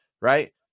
right